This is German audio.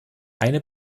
eine